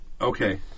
Okay